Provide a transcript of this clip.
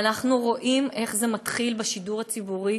ואנחנו רואים איך זה מתחיל בשידור הציבורי,